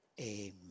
Amen